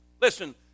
Listen